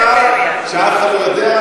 הפריפריה זה רק ערבים?